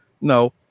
no